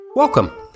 Welcome